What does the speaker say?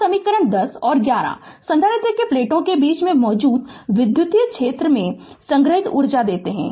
तो समीकरण 10 और 11 संधारित्र की प्लेटों के बीच मौजूद विद्युत क्षेत्र में संग्रहीत ऊर्जा देते हैं